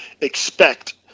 expect